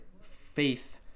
Faith